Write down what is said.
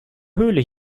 höhle